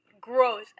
gross